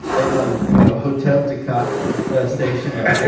it's on, you know, hotel du cap stationery.